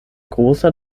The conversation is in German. großer